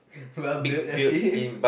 well built I see